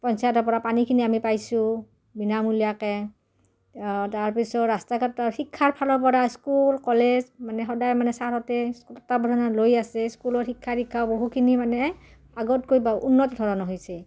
পঞ্চায়তৰ পৰা পানীখিনি আমি পাইছোঁ বিনামূলীয়াকৈ অঁ তাৰপিছত ৰাস্তা ঘাট শিক্ষাৰ ফালৰ পৰা স্কুল কলেজ মানে সদায় মানে ছাৰহঁতে তত্ত্বাবধানত লৈ আছে স্কুলৰ শিক্ষা দীক্ষাও বহুখিনি মানে আগতকৈ বা উন্নত ধৰণৰ হৈছে